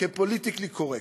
פוליטיקלי-קורקט.